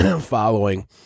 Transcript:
following